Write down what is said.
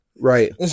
Right